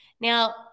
Now